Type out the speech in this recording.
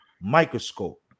microscope